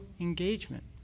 engagement